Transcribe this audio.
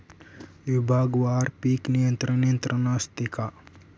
विभागवार पीक नियंत्रण यंत्रणा असते का?